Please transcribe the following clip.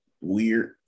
weird